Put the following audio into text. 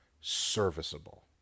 serviceable